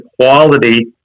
quality